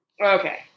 Okay